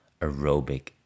aerobic